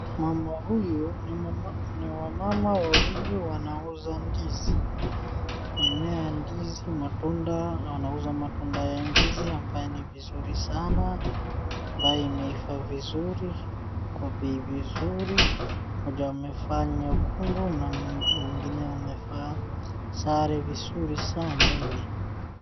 Mama huyu ni mama, ni wamama wawili wanauza ndizi, mimea ya ndizi, matunda, na wanauza matunda ya ndizi ambaye ni vizuri sana, ambaye imeiva vizuri, kwa bei vizuri, mmoja amevaa nyekundu na mwingine amevaa sare vizuri sana ile.